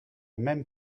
même